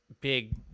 big